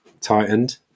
tightened